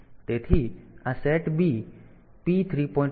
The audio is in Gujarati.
તેથી આ SETB P3